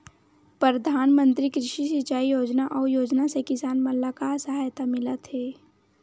प्रधान मंतरी कृषि सिंचाई योजना अउ योजना से किसान मन ला का सहायता मिलत हे?